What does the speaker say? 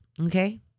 Okay